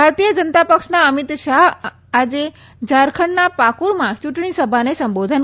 ભારતીય જનતા પક્ષના અધ્યક્ષ અમિત શાહ આજે ઝારખંડના પાકુરમાં ચુંટણી સભા સંબોધશે